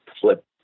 flip